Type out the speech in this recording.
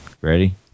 ready